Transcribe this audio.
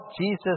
Jesus